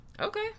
Okay